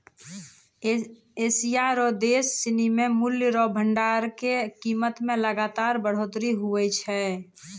Asia रो देश सिनी मे मूल्य रो भंडार के कीमत मे लगातार बढ़ोतरी हुवै छै